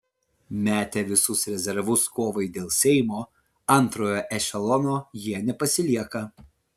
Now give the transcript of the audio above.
metę visus rezervus kovai dėl seimo antrojo ešelono jie nepasilieka